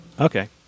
Okay